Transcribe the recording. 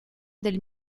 del